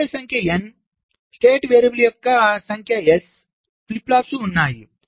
ఇన్పుట్ల సంఖ్య N state variables యొక్క S సంఖ్య ఫ్లిప్ ఫ్లాప్స్ ఉన్నాయి